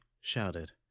shouted